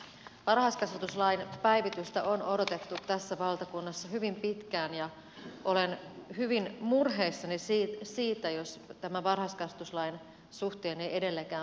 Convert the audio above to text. varhaiskasvatuslain päivitystä on odotettu tässä valtakunnassa hyvin pitkään ja olen hyvin murheissani jos tämän varhaiskasvatuslain suhteen ei edelleenkään päästä eteenpäin